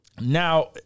now